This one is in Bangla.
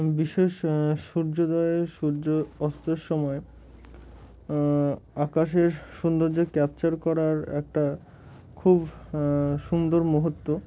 বিশেষ সূর্যোদয়ে সূর্য অস্তের সময় আকাশের সৌন্দর্য ক্যাপচার করার একটা খুব সুন্দর মুহূর্ত